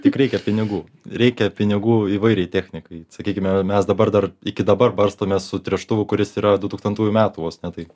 tik reikia pinigų reikia pinigų įvairiai technikai sakykime mes dabar dar iki dabar barstome su tręštuvų kuris yra du du tūkstantųjų metų vos ne tai